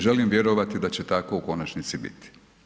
Želim vjerovati da će tako u konačnici biti.